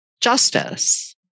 Justice